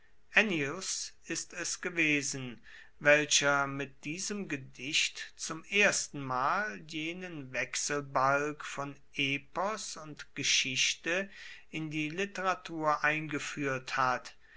ist es gewesen welcher mit diesem gedicht zum erstenmal jenen wechselbalg von epos und geschichte in die literatur eingefuehrt hat